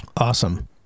Awesome